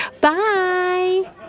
bye